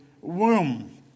womb